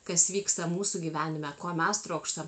kas vyksta mūsų gyvenime ko mes trokštam